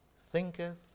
thinketh